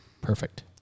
Perfect